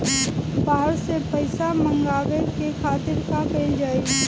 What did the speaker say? बाहर से पइसा मंगावे के खातिर का कइल जाइ?